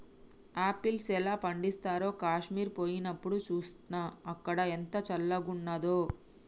apples ఎలా పండిస్తారో కాశ్మీర్ పోయినప్డు చూస్నా, అక్కడ ఎంత చల్లంగున్నాదో